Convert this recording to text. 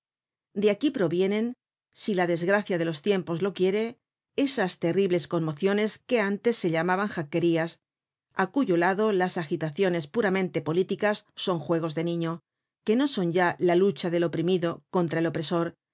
de aquí provienen si la desgracia de los tiempos lo quiere esas terribles conmociones que antes se llamaban jacquerlas á cuyo lado las agitaciones puramente políticas son juegos de niño que no son ya la lucha del oprimido contra el opresor